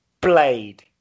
blade